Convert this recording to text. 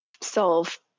solve